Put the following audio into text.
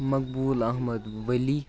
مقبوٗل Ahmad ؤلی